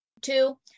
Two